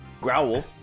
Growl